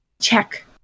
Check